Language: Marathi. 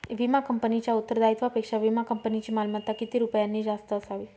विमा कंपनीच्या उत्तरदायित्वापेक्षा विमा कंपनीची मालमत्ता किती रुपयांनी जास्त असावी?